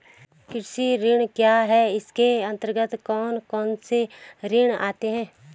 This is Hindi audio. कृषि ऋण क्या है इसके अन्तर्गत कौन कौनसे ऋण आते हैं?